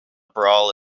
brawl